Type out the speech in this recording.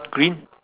green